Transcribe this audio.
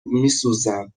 میسوزم